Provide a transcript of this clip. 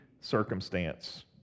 circumstance